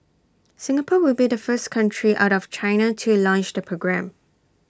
Singapore will be the first country out of China to launch the programme